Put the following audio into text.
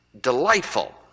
delightful